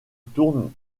tourne